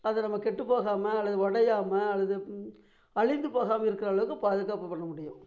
அதை நம்ம கெட்டுப்போகாமல் அல்லது உடையாம அல்லது அழிந்து போகாமல் இருக்கிற அளவுக்கு பாதுகாப்பு பண்ண முடியும்